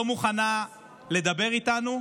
לא מוכנה לדבר איתנו.